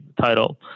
title